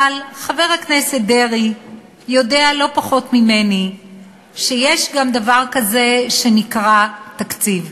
אבל חבר הכנסת דרעי יודע לא פחות ממני שיש גם דבר כזה שנקרא תקציב.